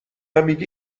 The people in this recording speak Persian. میگی